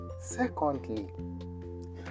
secondly